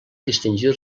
distingir